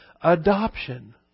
adoption